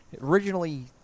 originally